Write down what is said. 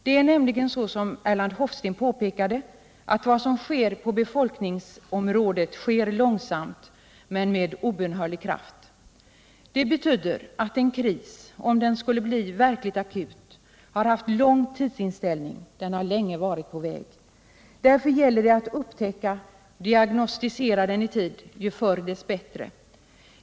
Det är nämligen så som Erland Hofsten påpekade, att vad som sker på befolkningsområdet sker långsamt men med obönhörlig kraft. Det betyder att en kris, om den skulle bli verkligt akut, har haft lång tidsinställning, den har länge varit på väg. Därför gäller det att upptäcka, diagnostisera, den i tid, ju förr dess bättre.